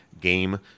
game